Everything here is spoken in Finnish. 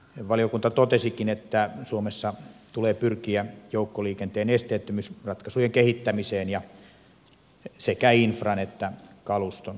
valiokunta totesikin että suomessa tulee pyrkiä joukkoliikenteen esteettömyysratkaisujen kehittämiseen sekä infran että kaluston osalta